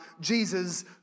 Jesus